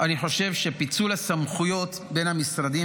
אני חושב שפיצול הסמכויות בין המשרדים